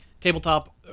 tabletop